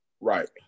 Right